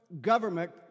government